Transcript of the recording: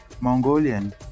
Mongolian